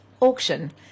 auction